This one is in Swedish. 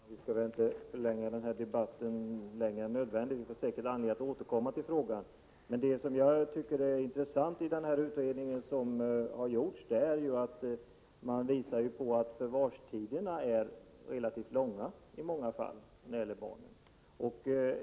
Fru talman! Vi skall inte förlänga denna debatt längre än nödvändigt. Vi får säkert anledning att återkomma till frågan. Men det som är intressant är att det visas i utredningen att förvarstiderna när det gäller barn i många fall är relativt långa.